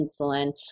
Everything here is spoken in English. insulin